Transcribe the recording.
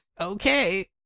Okay